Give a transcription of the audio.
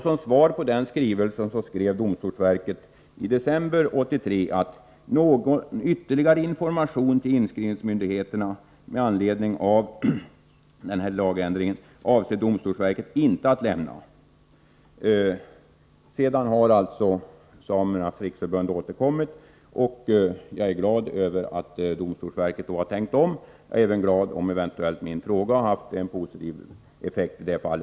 Som svar på den skrivelsen skrev domstolsverket den 12 december 1983: ”Någon ytterligare information till inskrivningsmyndigheterna med anledning av den nya 60 a § jordabalken” — dvs. den aktuella lagändringen — avser DV inte att lämna.” Sedan har alltså Samernas riksförbund återkommit. Jag är glad över att domstolsverket har tänkt om. Jag är också glad om min fråga eventuellt haft någon positiv effekt i detta fall.